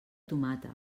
tomata